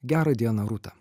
gerą dieną rūta